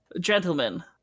Gentlemen